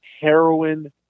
Heroin